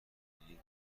ببینید